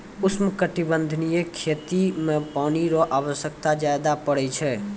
उष्णकटिबंधीय खेती मे पानी रो आवश्यकता ज्यादा पड़ै छै